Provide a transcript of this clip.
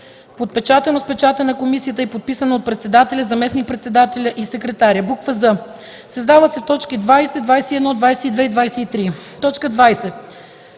подпечатано с печата на комисията и подписано от председателя, заместник-председателя и секретаря;” з) създават се т. 20, 21, 22 и 23: